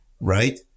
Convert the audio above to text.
right